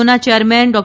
ઓ ના ચેરમેન ડૉ